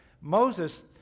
Moses